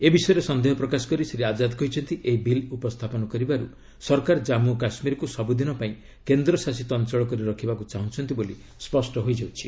ଏ ବିଷୟରେ ସନ୍ଦେହ ପ୍ରକାଶ କରି ଶ୍ରୀ ଆଜ୍ଜାଦ କହିଛନ୍ତି ଏହି ବିଲ୍ ଉପସ୍ଥାପନ କରିବାରୁ ସରକାର ଜାନ୍ଗୁ ଓ କାଶ୍ମୀରକୁ ସବୁଦିନ ପାଇଁ କେନ୍ଦ୍ରଶାସିତ ଅଞ୍ଚଳ କରି ରଖିବାକୁ ଚାହୁଁଛନ୍ତି ବୋଲି ସ୍ୱଷ୍ଟ ହୋଇଯାଉଛି